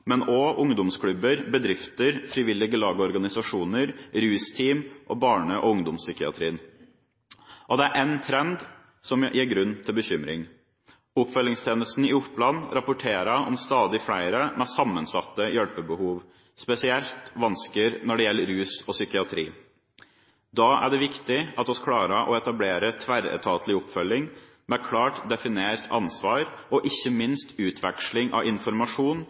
men også med ungdomsklubber, bedrifter, frivillige lag og organisasjoner, rusteam og barne- og ungdomspsykiatrien. Det er én trend som gir grunn til bekymring: Oppfølgingstjenesten i Oppland rapporterer om stadig flere med sammensatte hjelpebehov, spesielt når det gjelder rus og psykiatri. Da er det viktig at vi klarer å etablere tverretatlig oppfølging, med klart definert ansvar og ikke minst utveksling av informasjon,